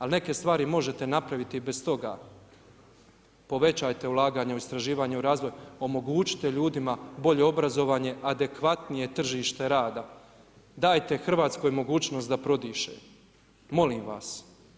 Ali neke stvari možete napraviti i bez toga, povećajte ulaganje u istraživanje i razvoj, omogućite ljudima bolje obrazovanje, adekvatnije tržište rada, dajte Hrvatskoj mogućnost da prodiše, molim vas.